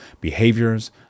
behaviors